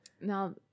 now